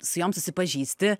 su jom susipažįsti